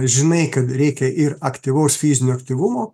žinai kad reikia ir aktyvaus fizinio aktyvumo